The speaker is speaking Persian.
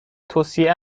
توصیه